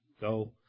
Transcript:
Go